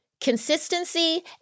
consistency